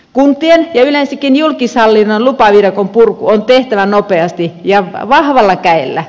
kuntien ja yleensäkin julkishallinnon lupaviidakon purku on tehtävä nopeasti ja vahvalla kädellä